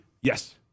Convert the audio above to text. Yes